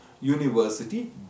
university